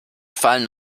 fallen